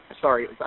sorry